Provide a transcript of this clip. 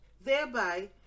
thereby